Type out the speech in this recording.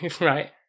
Right